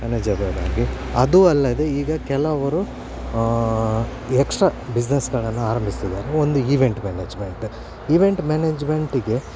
manageable ಆಗಿ ಅದು ಅಲ್ಲದೆ ಈಗ ಕೆಲವರು ಎಕ್ಸ್ಟ್ರ ಬಿಸ್ನೆಸ್ಗಳನ್ನು ಆರಂಭಿಸ್ತಿದ್ದಾರೆ ಒಂದು ಈವೆಂಟ್ ಮ್ಯಾನೇಜ್ಮೆಂಟ್ ಈವೆಂಟ್ ಮ್ಯಾನೇಜ್ಮೆಂಟಿಗೆ